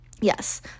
yes